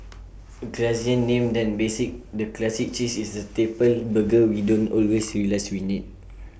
A classier name than basic the classic cheese is the staple burger we don't always realise we need